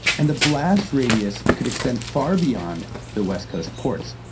and the blast radius could extend far beyond the west coast ports.